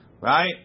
Right